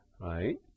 right